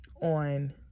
on